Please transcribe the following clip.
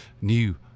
new